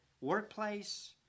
workplace